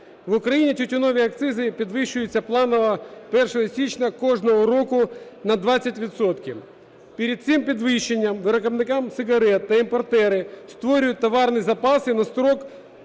В Україні тютюнові акцизи підвищуються планово 1 січня кожного року на 20 відсотків. Перед цим підвищенням виробники сигарет та імпортери створюють товарні запаси на строки